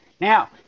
Now